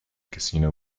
casino